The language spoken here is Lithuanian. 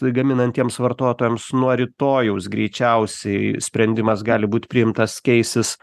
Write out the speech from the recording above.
gaminantiems vartotojams nuo rytojaus greičiausiai sprendimas gali būt priimtas keisis